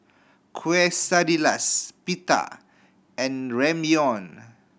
Quesadillas Pita and Ramyeon